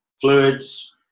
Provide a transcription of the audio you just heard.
fluids